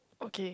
okay